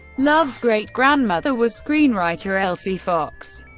love's great-grandmother was screenwriter elsie fox.